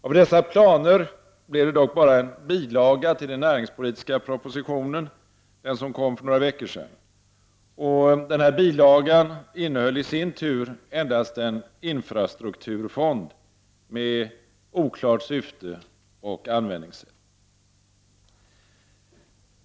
Av dessa planer blev det dock bara en bilaga till den näringspolitiska propositionen, den som kom för några veckor sedan, och den bilagan innehöll i sin tur endast en infrastrukturfond med oklart syfte och användningssätt.